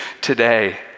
today